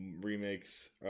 Remakes